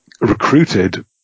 recruited